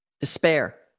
despair